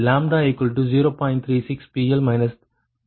8 ஆகும்